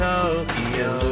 Tokyo